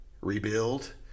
rebuild